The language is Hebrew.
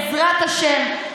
בעזרת השם,